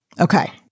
Okay